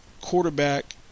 quarterback